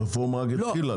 הרפורמה רק התחילה,